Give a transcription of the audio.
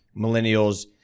millennials